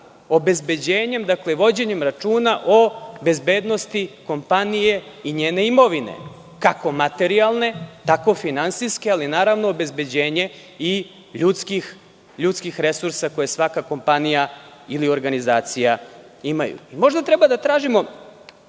obezbeđenjem, vođenjem računa o bezbednosti kompanije i njene imovine, kako materijalne, tako finansijske, ali i obezbeđenjem i ljudskih resursa koje svaka kompanija ili organizacija ima. Možda treba da tražimo